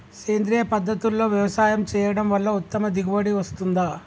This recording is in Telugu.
సేంద్రీయ పద్ధతుల్లో వ్యవసాయం చేయడం వల్ల ఉత్తమ దిగుబడి వస్తుందా?